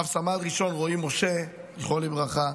רב-סמל ראשון רועי משה, זכרו לברכה,